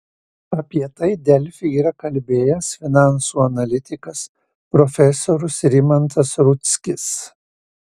apie tai delfi yra kalbėjęs finansų analitikas profesorius rimantas rudzkis